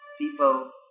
people